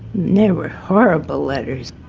there were horrible letters,